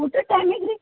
ಊಟದ ಟೈಮಿಗ್ ರೀ